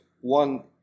One